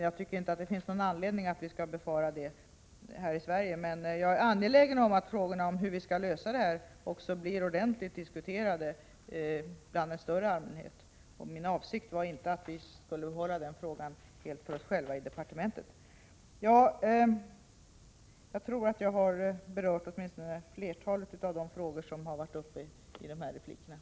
Jag tycker inte att det finns någon anledning att befara en sådan situation i Sverige, men jag är angelägen om att frågorna om hur vi skall lösa dessa problem blir ordentligt diskuterade bland en större allmänhet. Min avsikt var inte att vi skulle behålla dessa frågor helt för oss själva i departementet. Därmed tror jag att jag har berört åtminstone flertalet av de frågor som varit uppe i den här replikomgången.